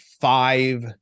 five